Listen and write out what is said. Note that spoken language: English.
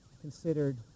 considered